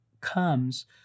comes